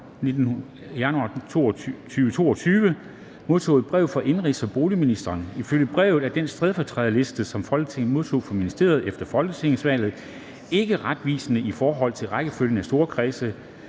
18. januar 2022 modtog et brev fra indenrigs- og boligministeren. Ifølge brevet er den stedfortræderliste, som Folketinget modtog fra ministeriet efter folketingsvalget, ikke retvisende i forhold til rækkefølgen af storkredse,